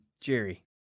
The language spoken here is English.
Jerry